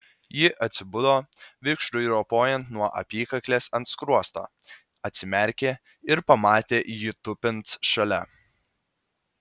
ji atsibudo vikšrui ropojant nuo apykaklės ant skruosto atsimerkė ir pamatė jį tupint šalia